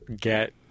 get